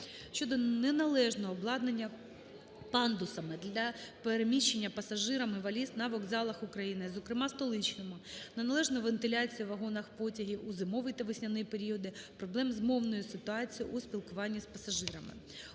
щодо неналежного обладнання пандусами для переміщення пасажирами валіз на вокзалах України, зокрема Столичному; неналежної вентиляції у вагонах потягів у зимовий та весняний періоди; проблем з мовною ситуацією у спілкуванні з пасажирами.